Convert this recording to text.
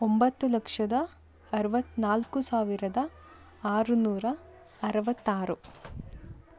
ಒಂಬತ್ತು ಲಕ್ಷದ ಅರವತ್ತ್ನಾಲ್ಕು ಸಾವಿರದ ಆರುನೂರ ಅರವತ್ತಾರು